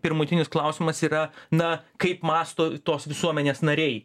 pirmutinis klausimas yra na kaip mąsto tos visuomenės nariai